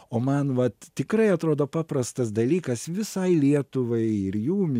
o man vat tikrai atrodo paprastas dalykas visai lietuvai ir jum